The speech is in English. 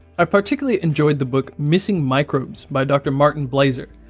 i particularly enjoyed the book missing microbes by dr. martin blaser.